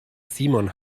simon